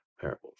parables